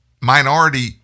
minority